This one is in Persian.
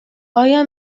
آیا